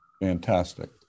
Fantastic